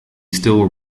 still